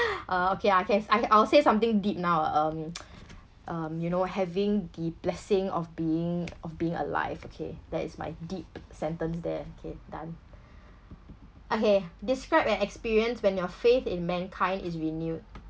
uh okay okay I I'll say something deep now um um you know having the blessing of being of being alive okay that is my deep sentenced there okay done okay describe an experience when your faith in mankind is renewed